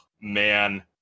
man